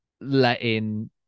letting